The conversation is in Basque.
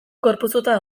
gorpuztuta